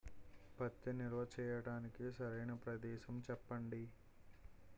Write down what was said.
పత్తి నిల్వ చేయటానికి సరైన ప్రదేశం చెప్పండి?